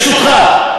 ברשותך,